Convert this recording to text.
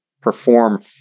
perform